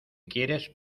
quieres